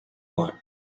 want